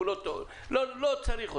לא צריך אותו.